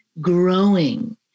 growing